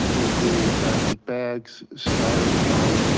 including plastic bags, styrofoam,